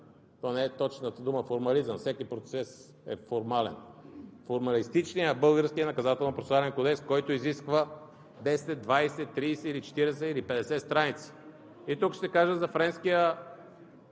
– точната дума не е „формализъм“, всеки процес е формален, формалистичния български Наказателно-процесуален кодекс, който изисква 10, 20, 30, 40 или 50 страници. Тук ще кажа за френския